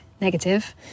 negative